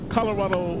Colorado